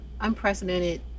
unprecedented